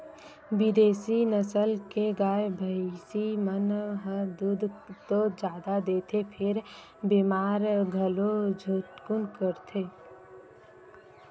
बिदेसी नसल के गाय, भइसी मन ह दूद तो जादा देथे फेर बेमार घलो झटकुन परथे